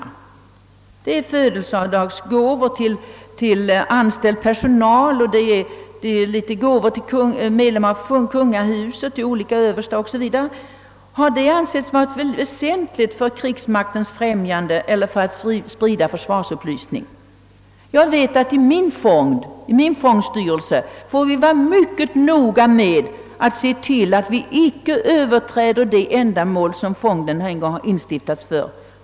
Det har skett i form av födelsedagsgåvor till anställd personal och det är gåvor till medlemmar av kungahuset, till överstar o.s.v. Har denna stimulans ansetts vara väsentlig för krigsmaktens främjande eller för att sprida försvarsupplysning? Jag vet att i min fondstyrelse får vi vara mycket noga med att icke gå utöver de ändamål, som fonden instiftats för.